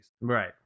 Right